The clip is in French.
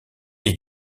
est